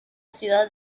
ciudad